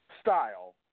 style